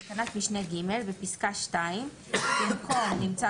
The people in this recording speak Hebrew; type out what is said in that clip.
התשס"א 2001 (להלן התקנות